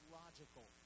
logical